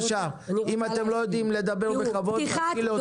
אם אתם לא יודעים לדבר בכבוד אתחיל להוציא.